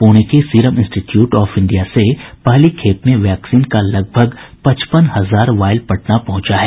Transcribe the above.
पूणे के serum institute of India से पहली खेप में वैक्सीन का लगभग पचपन हजार वायल पटना पहुंचा है